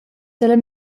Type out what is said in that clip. dalla